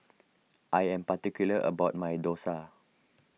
I am particular about my Dosa